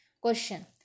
Question